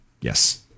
Yes